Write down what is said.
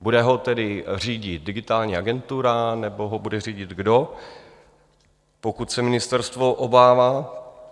Bude ho tedy řídit Digitální agentura, nebo ho bude řídit kdo, pokud se ministerstvo obává?